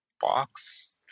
box